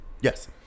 yes